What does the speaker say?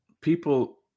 people